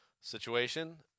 situation